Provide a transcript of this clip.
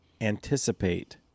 anticipate